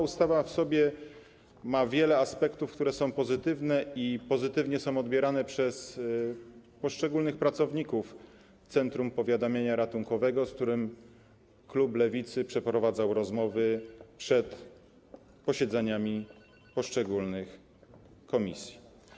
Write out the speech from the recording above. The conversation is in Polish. Ustawa sama w sobie ma wiele aspektów, które są pozytywne i są pozytywnie odbierane przez poszczególnych pracowników centrum powiadamiania ratunkowego, z którym klub Lewicy przeprowadzał rozmowy przed posiedzeniami poszczególnych komisji.